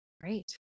Great